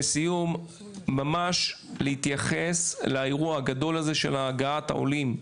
בסיום ממש להתייחס לאירוע הגדול הזה של הגעת העולים,